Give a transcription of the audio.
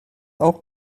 auch